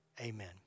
Amen